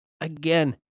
Again